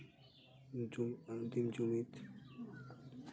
ᱡᱩᱢᱤᱫ ᱟᱹᱫᱤᱢ ᱡᱩᱢᱤᱫ